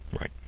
Right